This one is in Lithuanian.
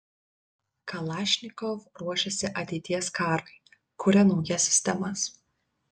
kalašnikov ruošiasi ateities karui kuria naujas sistemas